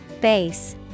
Base